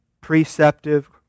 preceptive